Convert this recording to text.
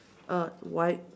uh white